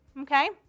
okay